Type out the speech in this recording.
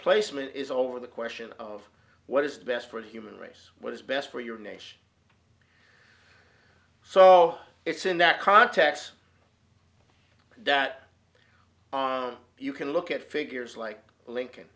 placement is over the question of what is best for the human race what is best for your nation so it's in that context that you can look at figures like lincoln